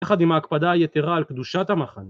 ‫יחד עם ההקפדה היתרה ‫על קדושת המחנה.